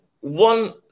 one